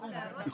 התקנה של ביטוח